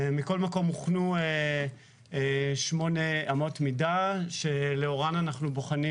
מכל מקום הוכנו שמונה אמות מידה שלאורן אנחנו בוחנים